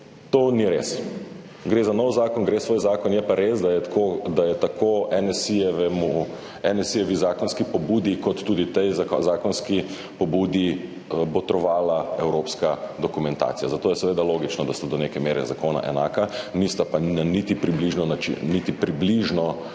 To ni res. Gre za nov zakon, gre za svoj zakon, je pa res, da je tako zakonski pobudi NSi kot tudi tej zakonski pobudi botrovala evropska dokumentacija, zato je seveda logično, da sta do neke mere zakona enaka, nista pa niti približno